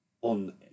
on